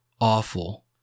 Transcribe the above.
Awful